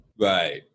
Right